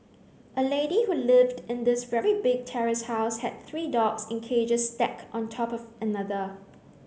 a lady who lived in this very big terrace house had three dogs in cages stacked on top of another